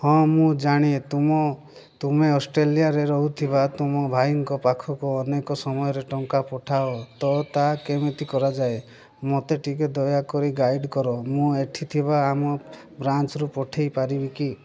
ହଁ ମୁଁ ଜାଣେ ତୁମ ତୁମେ ଅଷ୍ଟ୍ରେଲିଆରେ ରହୁଥିବା ତୁମ ଭାଇଙ୍କ ପାଖକୁ ଅନେକ ସମୟରେ ଟଙ୍କା ପଠାଅ ତ ତା' କେମିତି କରାଯାଏ ମୋତେ ଟିକେ ଦୟାକରି ଗାଇଡ଼୍ କର ମୁଁ ଏଠି ଥିବା ଆମ ବ୍ରାଞ୍ଚରୁ ପଠାଇ ପାରିବି କି